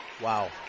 Wow